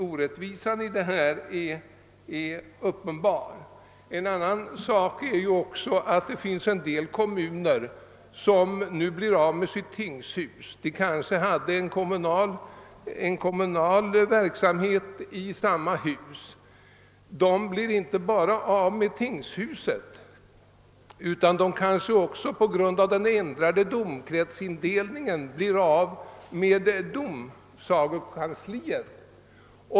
Detta är en uppenbar orättvisa. En del kommuner som nu mister sitt tingshus har annan kommunal verksamhet i samma hus. De blir emellertid kanske inte bara av med tingshus utan förlorar också på grund av den ändrade domkretsindelningen domsagokansliet.